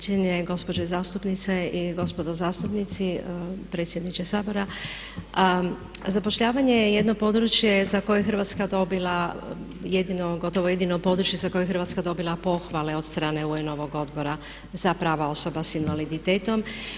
Cijenjene gospođe zastupnice i gospodo zastupnici, predsjedniče Sabora zapošljavanje je jedno područje za koje je Hrvatska dobila jedino, gotovo jedino područje za koje je Hrvatska dobila pohvale od strane UN-ovog Odbora za prava osoba s invaliditetom.